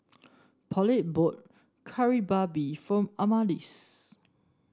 Paulette bought Kari Babi for Adamaris